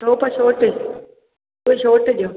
ॿियो त शोर्ट ॿियो शोर्ट ॾियो